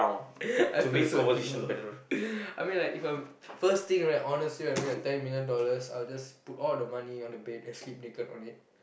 I feel so evil I mean like if I'm first thing right honestly right If I had ten million dollars I would just put on the money on the bed and sleep naked on it